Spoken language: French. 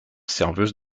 serveuse